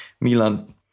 Milan